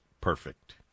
perfect